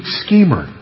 schemer